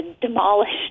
demolished